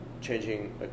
changing